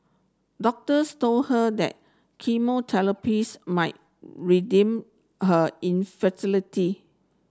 doctors told her that chemotherapy might redeem her infertility